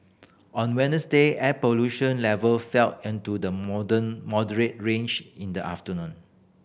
on Wednesday air pollution level fell into the modern moderate range in the afternoon